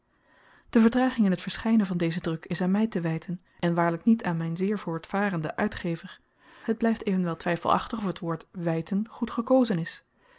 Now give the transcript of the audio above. de vertraging in t verschynen van dezen druk is aan my te wyten en waarlyk niet aan myn zeer voortvarenden uitgever het blyft evenwel twyfelachtig of t woord wyten goed gekozen is